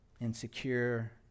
insecure